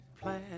plan